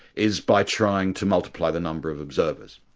is by trying to multiply the number of observers,